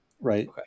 right